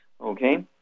Okay